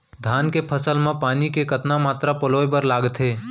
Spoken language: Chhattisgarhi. धान के फसल म पानी के कतना मात्रा पलोय बर लागथे?